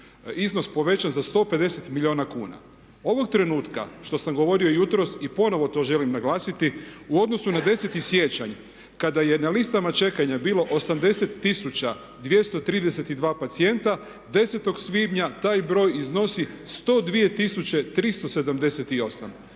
2014.iznos povećan za 150 milijuna kuna. Ovog trenutka, što sam govorio jutros i ponovno to želim naglasiti u odnosu na 10.siječanj kada je na listama čekanja bilo 80 232 pacijenata 10.svibnja taj broj iznosi 102 378.